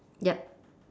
yup